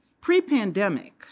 Pre-pandemic